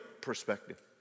perspective